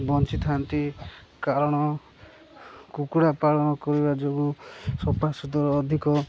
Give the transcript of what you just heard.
ବଞ୍ଚିଥାନ୍ତି କାରଣ କୁକୁଡ଼ା ପାଳନ କରିବା ଯୋଗୁଁ ସଫା ସୁତୁର ଅଧିକ